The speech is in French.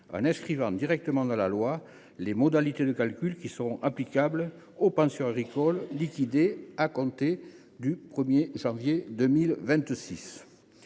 en inscrivant directement dans la loi les modalités de calcul qui seront applicables aux pensions agricoles liquidées à compter du 1janvier 2026.